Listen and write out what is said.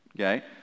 okay